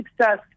success